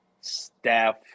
staff